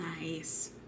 Nice